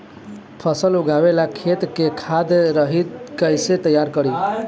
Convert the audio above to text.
फसल उगवे ला खेत के खाद रहित कैसे तैयार करी?